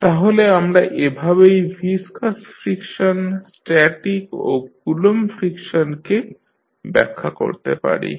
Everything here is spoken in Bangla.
তাহলে আমরা এভাবেই ভিসকাস ফ্রিকশন স্ট্যাটিক ও কুলম্ব ফ্রিকশনকে viscous friction static and Coulomb friction ব্যাখ্যা করতে পারি